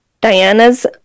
Diana's